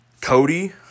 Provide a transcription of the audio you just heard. Cody